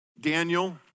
Daniel